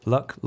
Luck